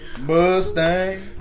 Mustang